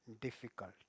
difficult